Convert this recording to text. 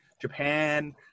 Japan